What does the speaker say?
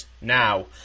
now